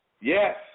Yes